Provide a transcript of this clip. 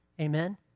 Amen